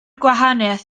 gwahaniaeth